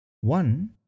One